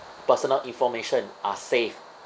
personal information are safe